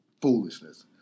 foolishness